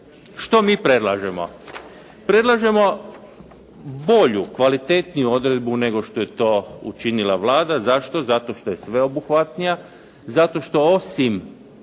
Što mi predlažemo? Predlažemo bolju, kvalitetniju odredbu nego što je to učinila Vlada. Zašto? Zato što je sveobuhvatnija, zato što osim